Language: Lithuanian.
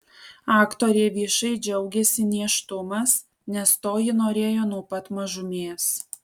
aktorė viešai džiaugiasi nėštumas nes to ji norėjo nuo pat mažumės